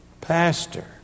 pastor